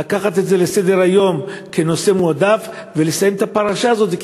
להעלות את זה לסדר-היום כנושא מועדף ולסיים את הפרשה הזאת,